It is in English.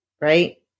right